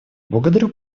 благодарю